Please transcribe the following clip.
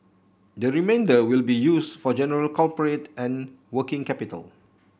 the remainder will be used for general corporate and working capital